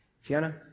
Fiona